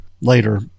later